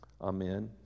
Amen